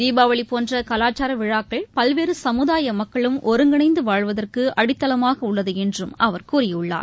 தீபாவளிபோன்றகலாச்சாரவிழாக்கள் பல்வேறுசமுதாயமக்களும் ஒருங்கிணைந்துவாழ்வதற்குஅடித்தளமாகஉள்ளதுஎன்றும் அவர் கூறியுள்ளார்